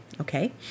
okay